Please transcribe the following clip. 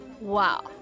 Wow